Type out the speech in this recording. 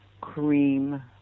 cream